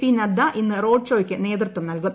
P Nadda ഇന്ന് road ഷോയ്ക്ക് നേതൃത്വം നൽകും